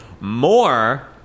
more